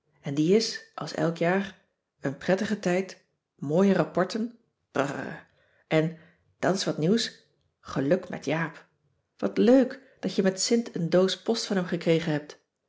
en die is als elk jaar een prettige tijd mooie rapporten brr en dat is wat nieuws geluk met jaap wat leuk cissy van marxveldt de h b s tijd van joop ter heul dat je met sint een doos post van hem gekregen hebt